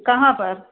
कहाँ पर